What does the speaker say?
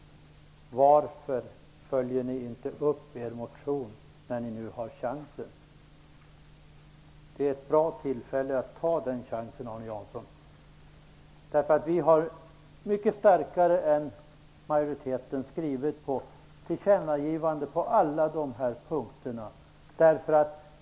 Vi reservanter har mycket starkare än majoriteten skrivit ett tillkännagivande på alla dessa punkter.